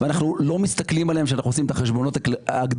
ואנחנו לא מסתכלים עליהם כשאנחנו עושים את החשבונות הגדולים.